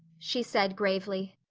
she said gravely.